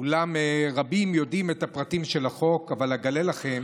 אולי רבים יודעים את הפרטים של החוק, אבל אגלה לכם